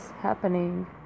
happening